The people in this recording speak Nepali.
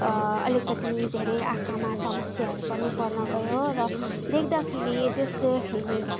अलिकति धेरै आँखामा समस्याहरू पनि पर्न गयो र देख्दाखेरि त्यसले